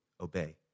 obey